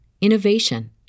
innovation